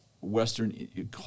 Western